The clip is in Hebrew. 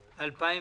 הקורונה),